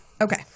okay